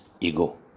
ego